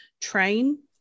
train